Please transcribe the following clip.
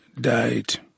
died